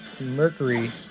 Mercury